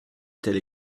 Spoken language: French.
telle